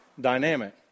dynamic